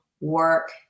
work